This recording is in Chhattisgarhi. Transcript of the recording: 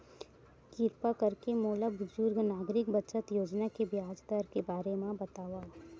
किरपा करके मोला बुजुर्ग नागरिक बचत योजना के ब्याज दर के बारे मा बतावव